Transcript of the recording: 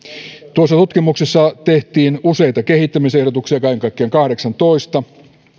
tuossa tutkimuksessa tehtiin useita kehittämisehdotuksia kaiken kaikkiaan kahdeksantoista